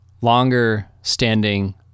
longer-standing